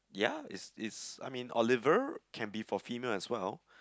ya is is I mean Oliver can be for female as well